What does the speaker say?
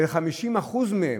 ו-50% מהם,